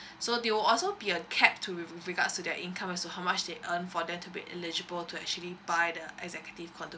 so there will also be a cap to with regards to the income as to how much they earn for them to be eligible to actually buy the executive condominium